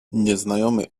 nieznajomy